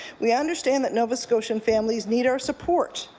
we understand that nova scotian families need our support.